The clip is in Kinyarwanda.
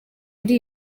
yari